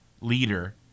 leader